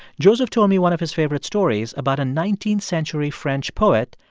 joseph told me one of his favorite stories about a nineteenth century french poet,